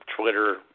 Twitter